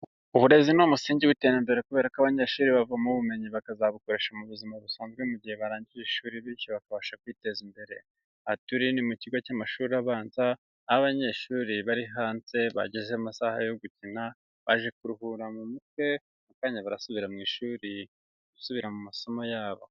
Uburezi ni umusingi w'iterambere kubera ko abanyeshuri bavoma ubumenyi bakazabukoresha mu buzima busanzwe mu gihe barangije ishuri, bityo bakabasha kwiteza imbere. Aha turi ni mu kigo cy'amashuri abanza, aho abanyeshuri bari hanze bageze amasaha yo gukina, baje kuruhura mu mutwe, mukanya barasubira mu ishuri gusubira mu masomo yabo.